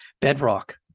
bedrock